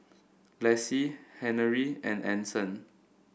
Laci Henery and Anson